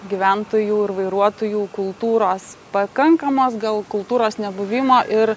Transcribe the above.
gyventojų ir vairuotojų kultūros pakankamos gal kultūros nebuvimo ir